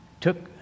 Took